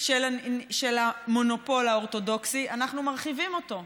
של המונופול האורתודוקסי אנחנו מרחיבים אותה.